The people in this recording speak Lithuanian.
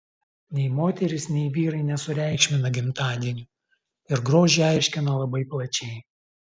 nei moterys nei vyrai nesureikšmina gimtadienių ir grožį aiškina labai plačiai